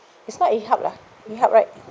it's not E hub lah E hub right